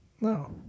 No